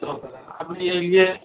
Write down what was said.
यौ कका ठाकुरजी अयलियै